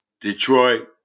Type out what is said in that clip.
Detroit